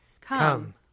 Come